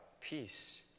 peace